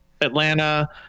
Atlanta